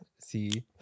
see